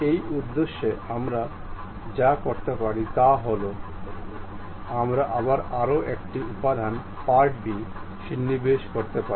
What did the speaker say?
এই উদ্দেশ্যে আমরা যা করতে পারি তা হল আমরা আবার আরও একটি উপাদান part b সন্নিবেশ করতে পারি